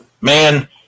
Man